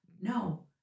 no